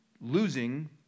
losing